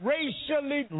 Racially